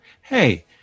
hey